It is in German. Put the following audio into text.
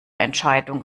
entscheidung